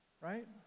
Right